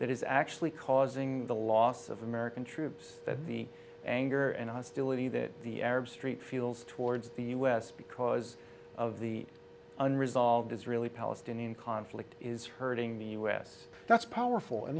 that is actually causing the loss of american troops the anger and hostility that the arab street feels towards the u s because of the unresolved israeli palestinian conflict is hurting the u s that's powerful and